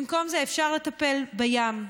במקום זה אפשר לטפל בים,